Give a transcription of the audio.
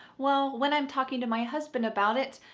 well, when i'm talking to my husband about it,